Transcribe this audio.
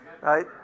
right